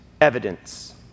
evidence